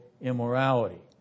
immorality